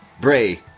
bray